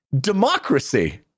democracy